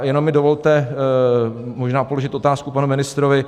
Jenom mi dovolte možná položit otázku panu ministrovi.